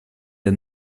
des